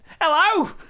hello